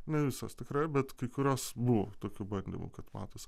ne visos tikrai bet kai kurios buvo tokių bandymų kad matosi